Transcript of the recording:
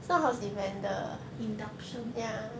induction